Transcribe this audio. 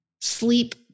sleep